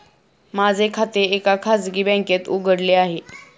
माझे खाते एका खाजगी बँकेत उघडले आहे